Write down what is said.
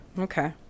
Okay